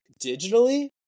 digitally